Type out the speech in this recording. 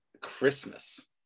Christmas